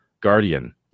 guardian